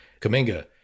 Kaminga